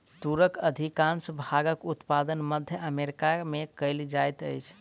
तूरक अधिकाँश भागक उत्पादन मध्य अमेरिका में कयल जाइत अछि